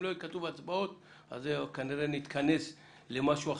אם לא יהיה כתוב אז כנראה נתכנס למשהו אחר,